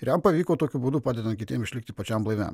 jam pavyko tokiu būdu padedant kitiems išlikti pačiam blaiviam